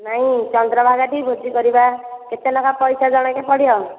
ନାଇଁ ଚନ୍ଦ୍ରଭାଗା ଠି ଭୋଜି କରିବା କେତେ ଲେଖା ପଇସା ଜଣକେ ପଡ଼ିବ